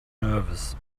nervous